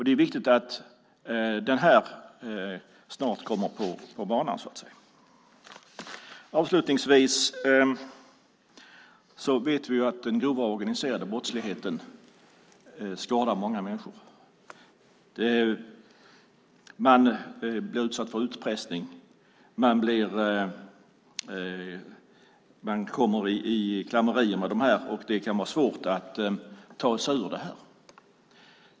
Det är viktigt att detta snart kommer på banan, så att säga. Avslutningsvis: Vi vet att den grova organiserade brottsligheten skadar många människor. Man blir utsatt för utpressning. Man kommer i klammerier med dessa kriminella, och det kan vara svårt att ta sig ur det.